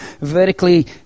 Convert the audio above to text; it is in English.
vertically